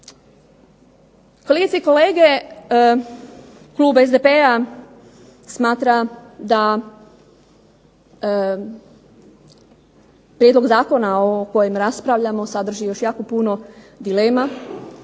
Kolegice i kolege, klub SDP-a smatra da prijedlog zakona o kojem raspravljamo sadrži još jako puno dilema,